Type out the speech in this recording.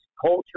culture